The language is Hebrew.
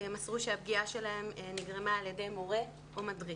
מסרו שהפגיעה שלהם נגרמה על ידי מורה או מדריך.